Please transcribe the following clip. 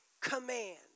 command